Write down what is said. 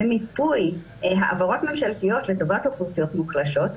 במיפוי העברות ממשלתיות לטובת אוכלוסיות מוחלשות,